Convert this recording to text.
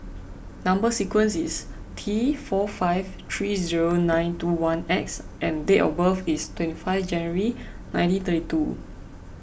Number Sequence is T four five three zero nine two one X and date of birth is twenty five January nineteen thirty two